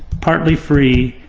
partly free,